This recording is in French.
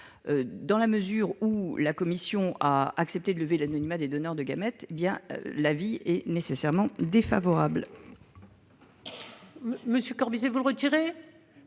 Dans la mesure où la commission spéciale a accepté de lever l'anonymat des donneurs de gamètes, son avis est nécessairement défavorable.